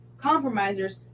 Compromisers